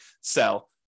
sell